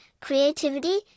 creativity